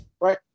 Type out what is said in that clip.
Right